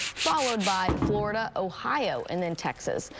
followed by florida, ohio, and and texas.